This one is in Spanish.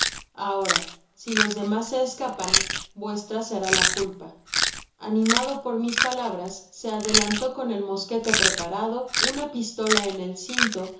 ahora si los demas se escapan vuestra será la culpa animado por mis palabras se adelantó con el mosquete preparado una pistola en el cinto